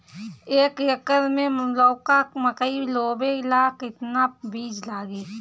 एक एकर मे लौका मकई बोवे ला कितना बिज लागी?